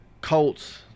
Colts